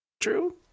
true